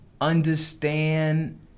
understand